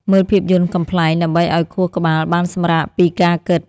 មើលភាពយន្តកំប្លែង ដើម្បីឱ្យខួរក្បាលបានសម្រាកពីការគិត។